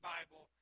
Bible